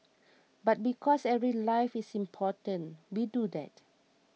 but because every life is important we do that